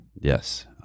Yes